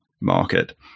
market